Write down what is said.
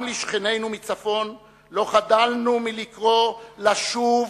גם לשכנינו מצפון לא חדלנו מלקרוא לשוב